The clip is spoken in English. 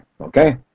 okay